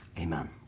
Amen